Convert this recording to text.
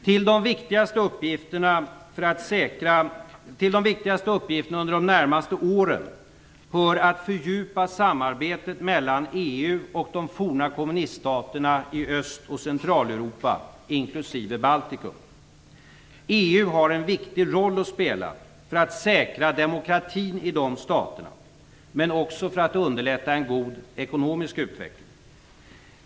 Till de viktigaste uppgifterna under de närmaste åren hör att fördjupa samarbetet mellan EU och de forna kommuniststaterna i Öst och Centraleuropa, inklusive Baltikum. EU har en viktig roll att spela för att säkra demokratin i de staterna, men också för att underlätta en god ekonomisk utveckling.